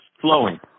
flowing